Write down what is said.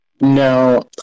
No